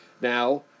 Now